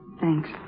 Thanks